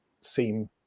seem